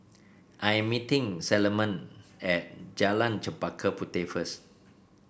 I am meeting Salomon at Jalan Chempaka Puteh first